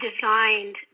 designed